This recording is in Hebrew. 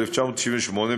התשמ"ח 1988,